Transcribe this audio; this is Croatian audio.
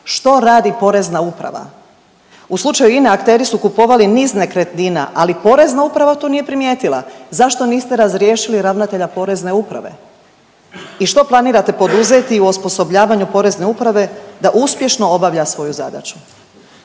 Što radi Porezna uprava? U slučaju INA-e akteri su kupovali niz nekretnina, ali Porezna uprava to nije primijetila. Zašto niste razriješili ravnatelja Porezne uprave i što planirate poduzeti u osposobljavanju Porezne uprave da uspješno obavlja svoju zadaću.